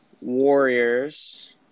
Warriors